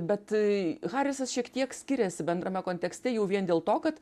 bet harisas šiek tiek skiriasi bendrame kontekste jau vien dėl to kad